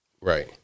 Right